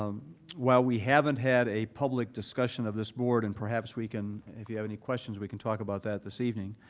um while we haven't had a public discussion of this board and perhaps we can, if you have any questions, we can talk about that this evening,